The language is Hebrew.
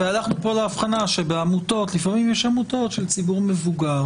והלכנו פה על ההבחנה שלפעמים יש עמותות של ציבור מבוגר,